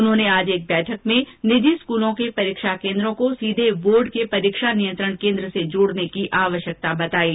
उन्होंने एक बैठक में निजी स्कूलों के परीक्षा केन्द्रों को सीधे बोर्ड के परीक्षा नियंत्रण केन्द्र से जोड़ने की आवश्यकता बतायी